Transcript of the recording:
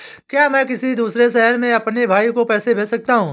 क्या मैं किसी दूसरे शहर में अपने भाई को पैसे भेज सकता हूँ?